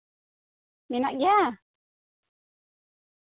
ᱢᱮᱱᱟᱜ ᱜᱮᱭᱟ